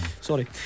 sorry